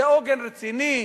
זה עוגן רציני,